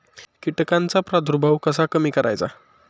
कीटकांचा प्रादुर्भाव कसा कमी करायचा?